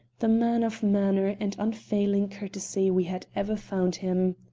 the man of manner and unfailing courtesy we had ever found him.